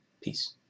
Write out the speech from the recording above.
Peace